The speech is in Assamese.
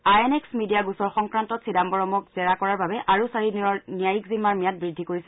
আই এন এক্স মিডিয়া গোচৰ সংক্ৰান্তত চিদাম্বৰমক জেৰা কৰাৰ বাবে আৰু চাৰিদিনৰ ন্যায়িক জিম্মাৰ বৃদ্ধি কৰিছে